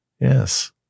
Yes